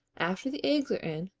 after the eggs are in,